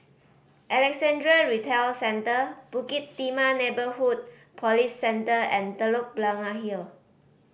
Alexandra Retail Centre Bukit Timah Neighbourhood Police Centre and Telok Blangah Hill